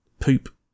Poop